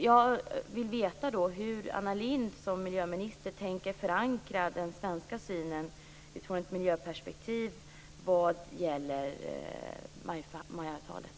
Jag vill veta hur Anna Lindh som miljöminister tänker förankra den svenska synen från ett miljöperspektiv vad gäller MAI-avtalet.